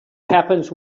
happens